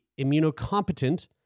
immunocompetent